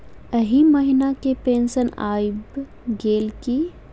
एहि महीना केँ पेंशन आबि गेल की